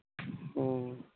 ᱦᱩᱸ